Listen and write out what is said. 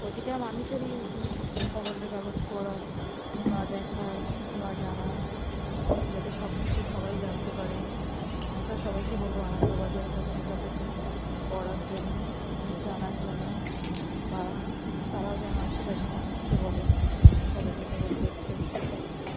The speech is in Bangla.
প্রতিটা মানুষেরই উচিত খবরের কাগজ পড়ার বা দেখার বা জানার যাতে সব কিছু সবাই জানতে পারে আমি তো সবাইকে বলবো আনন্দবাজার পত্রিকাটাকে পড়ার জন্য জানার জন্য বা তারাও যেন আশেপাশের মানুষকে বলে খবরের কাগজ দেখতে